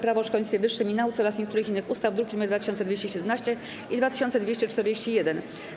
Prawo o szkolnictwie wyższym i nauce oraz niektórych innych ustaw (druki nr 2217 i 2241)